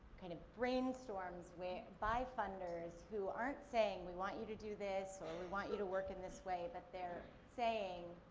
kind of, brainstorms by funders who aren't saying, we want you to do this or we want you to work in this way, but they're saying,